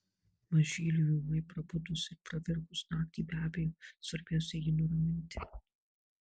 mažyliui ūmai prabudus ir pravirkus naktį be abejo svarbiausia jį nuraminti